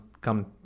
come